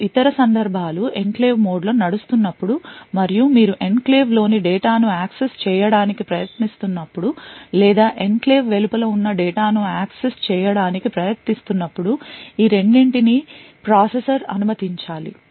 రెండు ఇతర సందర్భాలు ఎన్క్లేవ్ మోడ్లో నడుస్తున్నప్పుడు మరియు మీరు ఎన్క్లేవ్లోని డేటా ను యాక్సెస్ చేయడానికి ప్రయత్నిస్తున్నప్పుడు లేదా ఎన్క్లేవ్ వెలుపల ఉన్న డేటా ను యాక్సెస్ చేయడానికి ప్రయత్నిస్తున్నప్పుడు ఈ రెండింటి నీ ప్రాసెసర్ అనుమతించాలి